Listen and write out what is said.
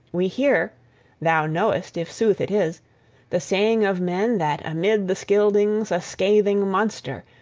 we hear thou knowest if sooth it is the saying of men, that amid the scyldings a scathing monster,